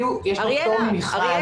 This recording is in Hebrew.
נכון שלמינהל קהילתי יש פטור ממכרז,